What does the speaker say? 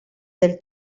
del